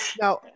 Now